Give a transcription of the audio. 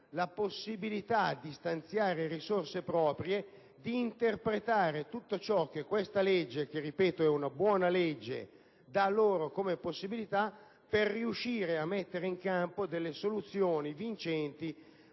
la possibilità di stanziare risorse proprie, di interpretare tutto ciò che questa buona legge - lo ripeto - dà loro come possibilità per riuscire a mettere in campo soluzioni vincenti